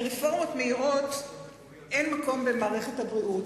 לרפורמות מהירות אין מקום במערכת הבריאות,